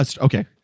Okay